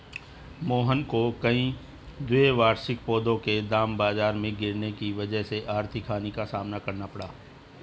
मोहन को कई द्विवार्षिक पौधों के दाम बाजार में गिरने की वजह से आर्थिक हानि का सामना करना पड़ा